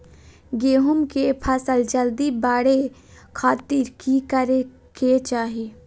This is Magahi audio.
गेहूं के फसल जल्दी बड़े खातिर की करे के चाही?